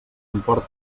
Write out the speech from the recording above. import